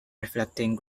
reflecting